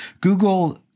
google